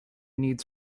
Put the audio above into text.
needs